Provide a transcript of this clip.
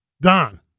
Don